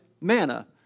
manna